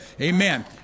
Amen